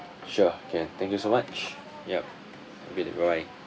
sure can thank you so much yup bye bye